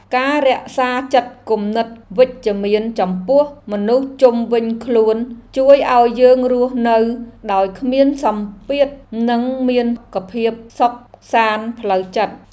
ការរក្សាចិត្តគំនិតវិជ្ជមានចំពោះមនុស្សជុំវិញខ្លួនជួយឱ្យយើងរស់នៅដោយគ្មានសម្ពាធនិងមានភាពសុខសាន្តផ្លូវចិត្ត។